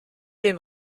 dem